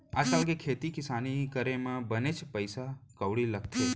आज काल के खेती किसानी करे म बनेच पइसा कउड़ी लगथे